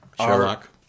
Sherlock